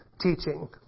teaching